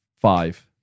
Five